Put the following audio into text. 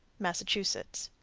massachusetts.